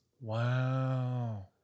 Wow